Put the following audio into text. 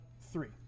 three